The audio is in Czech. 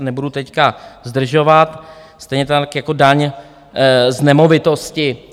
Nebudu teď zdržovat, stejně tak jako daň z nemovitosti.